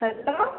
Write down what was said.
hello